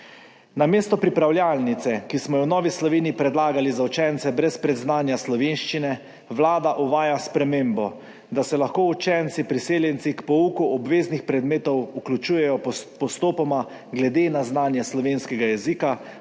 Namesto pripravljalnice, ki smo jo v Novi Sloveniji predlagali za učence brez predznanja slovenščine, Vlada uvaja spremembo, da se lahko učenci priseljenci k pouku obveznih predmetov vključujejo postopoma glede na znanje slovenskega jezika,